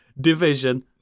division